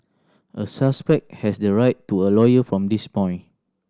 a suspect has the right to a lawyer from this point